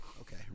Okay